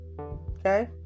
okay